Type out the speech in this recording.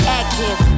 active